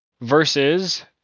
versus